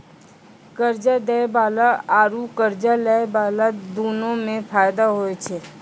कर्जा दै बाला आरू कर्जा लै बाला दुनू के फायदा होय छै